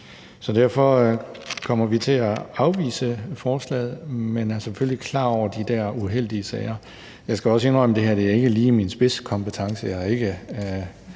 Så derfor kommer vi til at afvise forslaget, men vi er selvfølgelig klar over de der uheldige sager. Jeg skal også indrømme, at det her ikke lige er min spidskompetence.